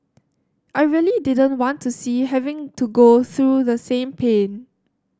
I really didn't want to see having to go through the same pain